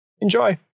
Enjoy